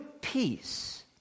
peace